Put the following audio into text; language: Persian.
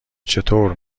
چطور